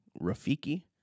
Rafiki